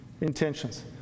intentions